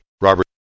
Robert